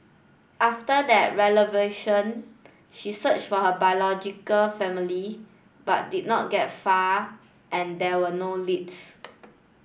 after that she searched for her biological family but did not get far and there were no leads